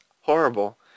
horrible